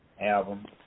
album